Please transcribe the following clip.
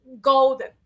golden